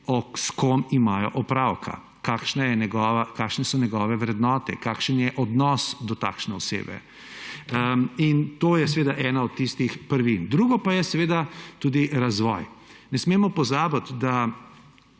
s kom imajo opravka, kakšna so njegove vrednote, kakšen je odnos do takšne osebe. To je seveda ena od tistih prvin. Drugo pa je seveda tudi razvoj. Ne smemo pozabiti, da